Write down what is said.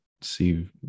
see